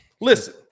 listen